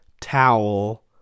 towel